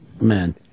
man